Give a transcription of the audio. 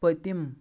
پٔتِم